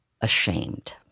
ashamed